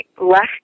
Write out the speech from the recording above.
left